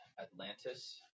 Atlantis